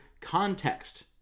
context